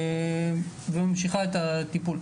וממשיכה את הטיפול.